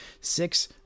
six